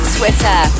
Twitter